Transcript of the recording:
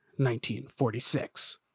1946